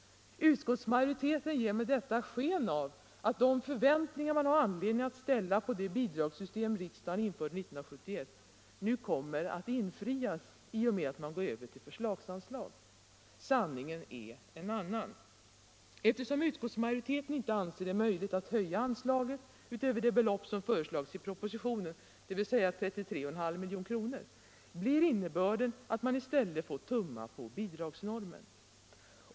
Utskottsmajoriteten ger med detta sken av att de förväntningar man har anledning att ställa på det bidragssystem riksdagen införde 1971 kommer att infrias i och med att man går över till förslagsanslag. Sanningen är en annan. Eftersom utskottsmajoriteten inte anser det möjligt att höja anslaget utöver det belopp som föreslagits i propositionen, dvs. 33,5 milj.kr., blir innebörden att man i stället får tumma på bidragsnormen.